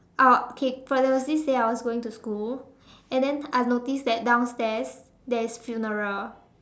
our okay for there was this day I was going to school and then I noticed that downstairs there is funeral